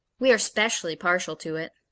we are specially partial to it.